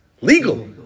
legal